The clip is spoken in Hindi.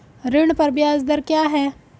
ऋण पर ब्याज दर क्या है?